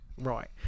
Right